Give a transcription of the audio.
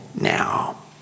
now